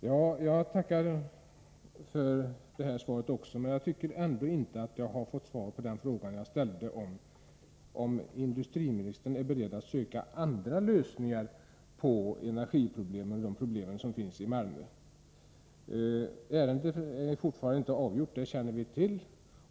Herr talman! Jag tackar också för detta svar, men jag tycker ändå inte att jag har fått svar på den fråga som jag har ställt, om industriministern är beredd att söka andra lösningar på energiproblemet och de problem som finns i Malmö. Ärendet är ännu inte avgjort, säger industriministern, och det känner vi till.